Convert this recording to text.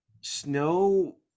snow